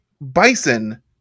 bison